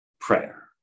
Prayer